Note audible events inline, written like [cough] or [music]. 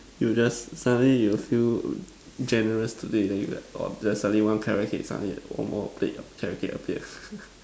you just suddenly you feel generous today then you like !wah! then suddenly one carrot cake suddenly one more plate of carrot cake appeared [laughs]